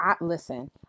listen